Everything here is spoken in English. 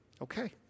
okay